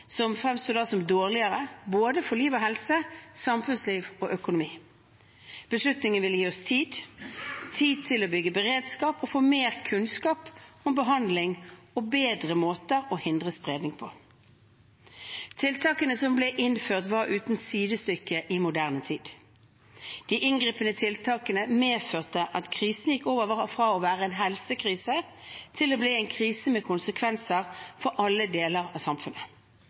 dårligere, for både liv og helse, samfunnsliv og økonomi. Beslutningen ville gi oss tid – tid til å bygge beredskap og få mer kunnskap om behandling og bedre måter å hindre spredning på. Tiltakene som ble innført, var uten sidestykke i moderne tid. De inngripende tiltakene medførte at krisen gikk over fra å være en helsekrise til å bli en krise med konsekvenser for alle deler av samfunnet.